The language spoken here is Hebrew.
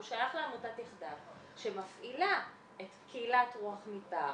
הוא שייך לעמותת יחדיו שמפעילה את קהילת רוח מדבר